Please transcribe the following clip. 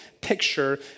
picture